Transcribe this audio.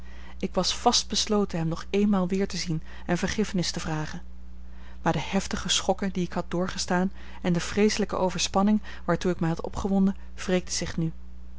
ik was vast besloten hem nog eenmaal weer te zien en vergiffenis te vragen maar de heftige schokken die ik had doorgestaan en de vreeselijke overspanning waartoe ik mij had opgewonden wreekten zich nu